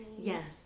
Yes